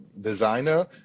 designer